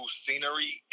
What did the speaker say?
scenery